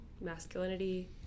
masculinity